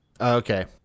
Okay